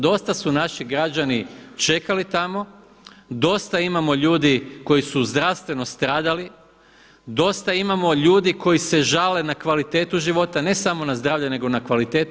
Dosta su naši građani čekali tamo, dosta imamo ljudi koji su zdravstveno stradali, dosta imamo ljudi koji se žale na kvalitetu života, ne samo na zdravlje nego na kvalitetu.